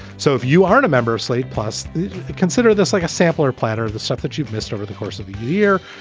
so if you aren't a member of slate plus consider this like a sampler platter of the stuff that you've missed over the course of a year.